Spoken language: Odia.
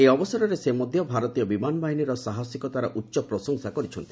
ଏହି ଅବସରରେ ସେ ମଧ୍ୟ ଭାରତୀୟ ବିମାନ ବାହିନୀର ସାହସିକତାର ଉଚ୍ଚ ପ୍ରଶଂସା କରିଛନ୍ତି